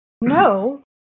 No